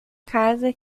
casa